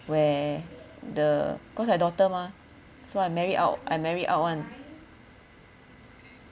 where the cause I daughter mah so I marry out I marry out [one]